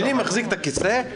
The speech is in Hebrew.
השני מחזיק את הכיסא,